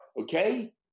Okay